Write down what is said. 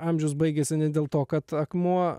amžius baigėsi ne dėl to kad akmuo